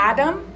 Adam